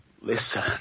Listen